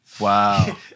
Wow